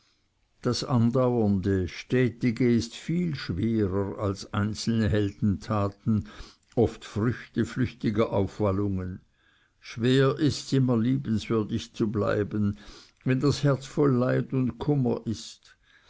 das andauernde stätige ist viel schwerer als einzelne heldentaten oft früchte flüchtiger aufwallungen schwer ists immer liebenswürdig zu bleiben wenn das herz voll leid und kummer ist